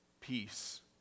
peace